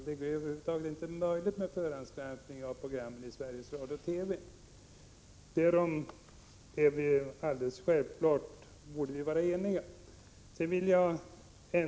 Det är över huvud taget inte möjligt med förhandsgranskning av programmen i Sveriges Radio och TV — därom borde vi vara eniga.